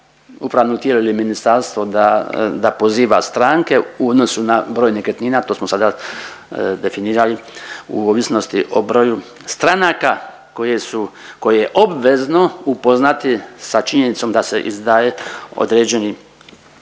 upravno tijelo ili ministarstvo da poziva stranke u odnosu na broj nekretnina, to smo sada definirali u ovisnosti o broju stranka koje je obvezno upoznati sa činjenicom da se izdaje određeni